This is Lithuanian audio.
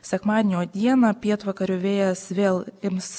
sekmadienio dieną pietvakarių vėjas vėl ims